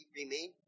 remain